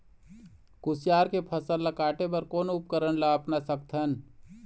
कुसियार के फसल ला काटे बर कोन उपकरण ला अपना सकथन?